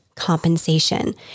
compensation